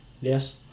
Yes